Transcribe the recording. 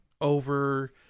over